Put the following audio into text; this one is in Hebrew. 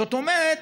זאת אומרת,